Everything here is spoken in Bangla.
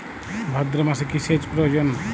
ভাদ্রমাসে কি সেচ প্রয়োজন?